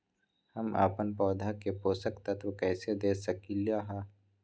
हम अपन पौधा के पोषक तत्व कैसे दे सकली ह?